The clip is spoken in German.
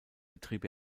betrieb